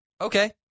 Okay